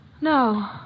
No